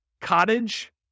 Cottage